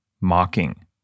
mocking